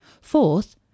Fourth